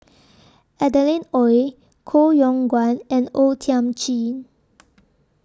Adeline Ooi Koh Yong Guan and O Thiam Chin